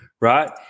right